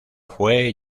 fue